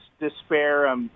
despair